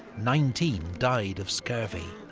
nineteen died of scurvy.